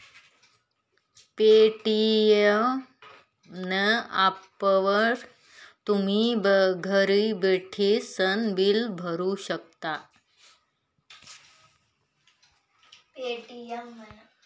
Paytm ना ॲपवरी तुमी घर बठीसन बिल भरू शकतस